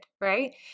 right